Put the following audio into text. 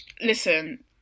listen